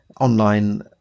online